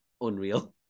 unreal